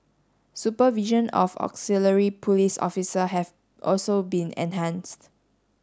supervision of auxiliary police officer have also been enhanced